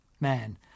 man